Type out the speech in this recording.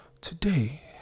Today